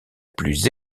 plus